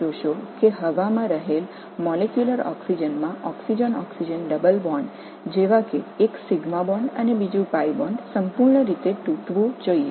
இப்போது ஒரு சிக்மா பிணைப்பு போன்ற ஆக்சிஜன் ஆக்ஸிஜன் இரட்டைப் பிணைப்பையும் காற்றில் உள்ள மூலக்கூறு ஆக்ஸிஜனில் உள்ள மற்றொரு பை பிணைப்பையும் கவனமாக கவனித்தால் முற்றிலும் பிளவுபட வேண்டும்